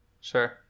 Sure